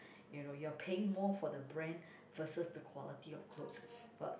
you know you are paying more for the brand versus the quality of cloth but